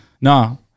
No